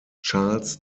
charles